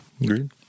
Agreed